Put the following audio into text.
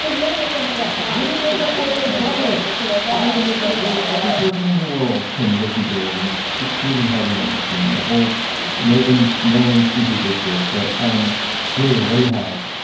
you're going to send me that play. i'm going to make that play was published to us. i'm going to make that well, every person in the world can listen to it. and including harvey weinstein, the whole no one's no one's interdicted. but um julia, what do you have?